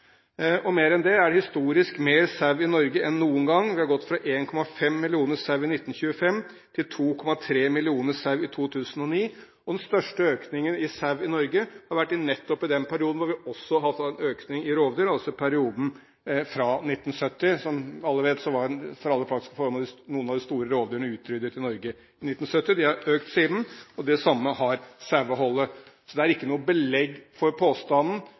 Mer enn det: Det er historisk sett mer sauer i Norge enn noen gang før. Vi har gått fra 1,5 millioner sauer i 1925 til 2,3 millioner sauer i 2009. Den største økningen av sauer i Norge har vært i nettopp den perioden da vi også har hatt en økning av rovdyr – altså i perioden fra 1970. Som alle vet, var for alle praktiske formål noen av de store rovdyrene utryddet i Norge i 1970. Tallene for dem har økt siden, og det samme har saueholdet, så det er ikke noe belegg for påstanden